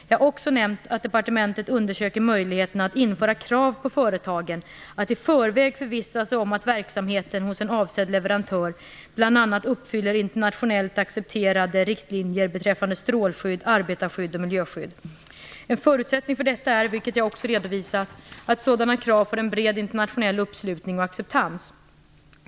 Jag har också nämnt att departementet undersöker möjligheterna att införa krav på företagen att i förväg förvissa sig om att verksamheten hos en avsedd leverantör bl.a. uppfyller internationellt accepterade riktlinjer beträffande strålskydd, arbetarskydd och miljöskydd. En förutsättning för detta är, vilket jag också redovisat, att sådana krav får en bred internationell uppslutning och acceptans.